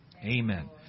Amen